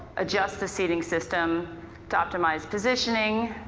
adjust the seating system to optimize positioning,